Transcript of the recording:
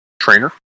trainer